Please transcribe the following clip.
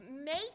make